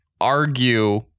argue